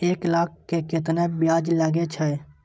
एक लाख के केतना ब्याज लगे छै?